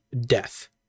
death